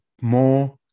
more